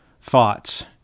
thoughts